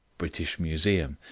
british museum.